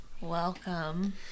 Welcome